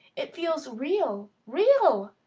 it feels real real.